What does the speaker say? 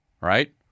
Right